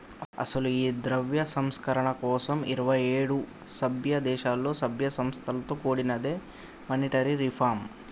అసలు ఈ ద్రవ్య సంస్కరణల కోసం ఇరువైఏడు సభ్య దేశాలలో సభ్య సంస్థలతో కూడినదే మానిటరీ రిఫార్మ్